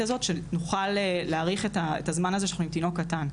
הזאת שנוכל להאריך את הזמן הזה שיש לנו תינוק קטן.